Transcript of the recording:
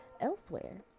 elsewhere